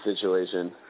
situation